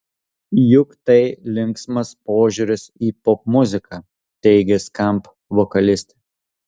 juk tai linksmas požiūris į popmuziką teigė skamp vokalistė